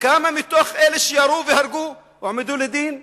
וכמה מתוך אלה שירו והרגו הועמדו לדין?